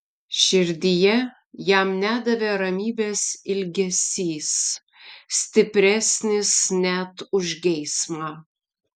širdyje jam nedavė ramybės ilgesys stipresnis net už geismą